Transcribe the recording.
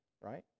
right